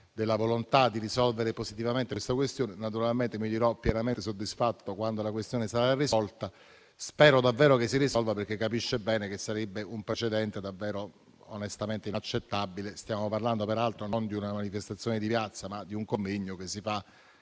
della volontà di risolvere positivamente la questione. Mi riterrò pienamente soddisfatto quando la questione sarà risolta. Spero davvero che si risolva perché capisce bene che sarebbe un precedente onestamente inaccettabile. Stiamo parlando peraltro non di una manifestazione di piazza, ma di un convegno che si fa